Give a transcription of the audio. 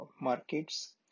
markets